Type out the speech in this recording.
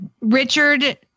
Richard